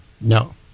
No